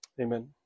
Amen